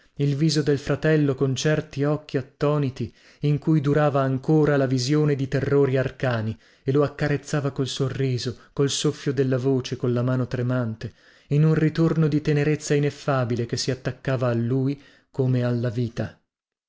il viso del fratello con certi occhi attoniti in cui cera ancora come la visione di terrori arcani e lo accarezzava col sorriso col soffio della voce colla mano tremante in un ritorno di tenerezza ineffabile che si attaccava a lui come alla vita